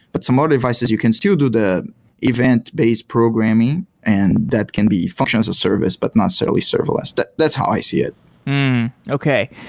but some other devices you can still do the event-based programming and that can be functions as a service, but not solely serverless. that's how i see it okay.